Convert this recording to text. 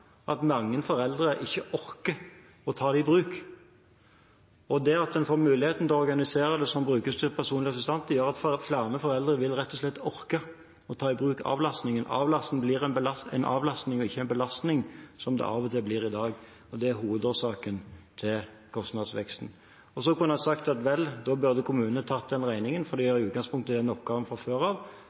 at mange foreldre ikke orker å ta det i bruk. Det at en får mulighet til å organisere det som brukerstyrt personlig assistent, gjør at flere foreldre rett og slett vil orke å ta i bruk avlastning – en avlastning og ikke en belastning, som det av og til blir i dag. Det er hovedårsaken til kostnadsveksten. Så kunne jeg ha sagt at vel, da burde kommunene tatt den regningen, fordi de i utgangspunktet har den oppgaven fra før av,